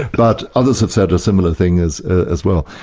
but others have said a similar thing as as well.